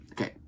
Okay